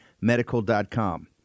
medical.com